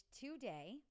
today